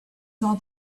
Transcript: saw